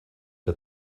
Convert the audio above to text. que